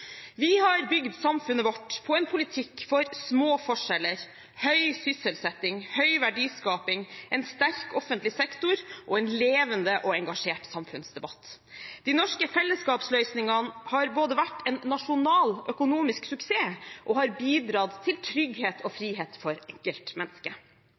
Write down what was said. bygd samfunnet vårt på en politikk for små forskjeller, høy sysselsetting, høy verdiskaping, en sterk offentlig sektor og en levende og engasjert samfunnsdebatt. De norske fellesskapsløsningene har både vært en nasjonal økonomisk suksess og har bidratt til trygghet og frihet for